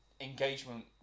engagement